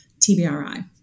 TBRI